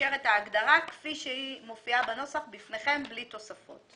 נשארת ההגדרה כפי שהיא מופיעה בנוסח בפניכם בלי תוספות.